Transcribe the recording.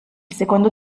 secondo